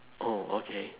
oh okay